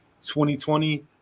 2020